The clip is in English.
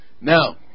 Now